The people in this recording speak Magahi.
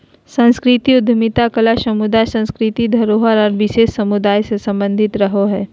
सांस्कृतिक उद्यमिता कला समुदाय, सांस्कृतिक धरोहर आर विशेष समुदाय से सम्बंधित रहो हय